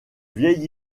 vieilles